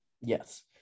Yes